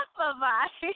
Bye-bye